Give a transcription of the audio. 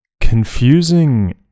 confusing